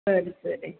சரி சரி